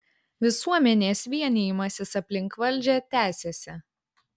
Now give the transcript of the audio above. visuomenės vienijimasis aplink valdžią tęsiasi